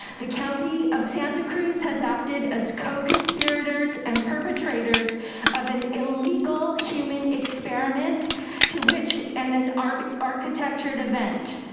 the county of santa cruz has acted as co-conspirators and perpetrators of an illegal human experiment to which and an um architectured event.